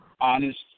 honest